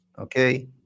okay